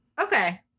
Okay